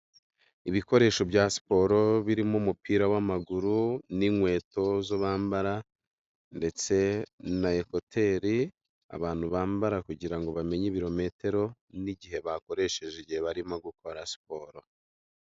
Ibikoresho bya siporo birimo umupira w'amaguru n'inkweto zo bambara ndetse na ekuteri, abantu bambara kugira ngo bamenye ibirometero n'igihe bakoresheje, igihe barimo gukora siporo.